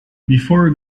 before